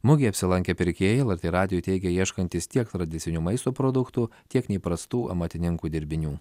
mugėje apsilankę pirkėjai lrt radijui teigė ieškantys tiek tradicinių maisto produktų tiek neįprastų amatininkų dirbinių